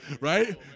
Right